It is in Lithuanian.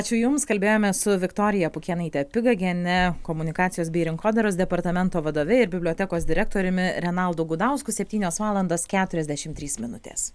ačiū jums kalbėjome su viktorija pukėnaite pigagiene komunikacijos bei rinkodaros departamento vadove ir bibliotekos direktoriumi renaldu gudausku septynios valandos keturiasdešimt trys minutės